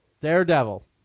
Daredevil